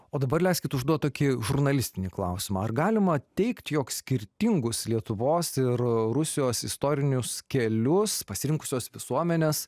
o dabar leiskit užduot tokį žurnalistinį klausimą ar galima teigt jog skirtingus lietuvos ir rusijos istorinius kelius pasirinkusios visuomenės